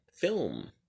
film